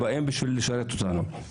הם באים בשביל לשרת אותנו.